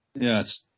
Yes